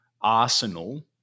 arsenal